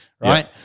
right